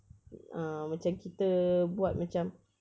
uh macam kita buat macam